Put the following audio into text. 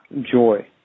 joy